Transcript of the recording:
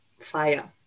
fire